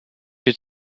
your